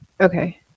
Okay